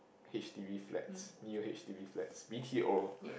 H_D_B flats new H_D_B flats B_T_O